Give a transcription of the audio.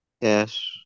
Yes